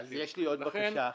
יש לי עוד בקשה אחת.